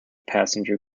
passenger